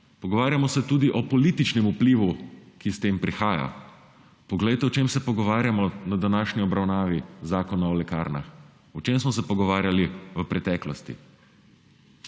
Pogovarjamo se tudi o političnem vplivu, ki s tem prihaja. Poglejte, o čem se pogovarjamo na današnji obravnavi zakona o lekarnah, o čem smo se pogovarjali v preteklosti.